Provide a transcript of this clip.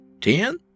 Ten